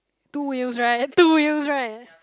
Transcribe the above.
two wheels right two wheels right